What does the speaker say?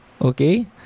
Okay